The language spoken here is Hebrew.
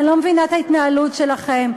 אני לא מבינה את ההתנהלות שלכם.